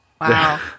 wow